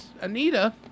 Anita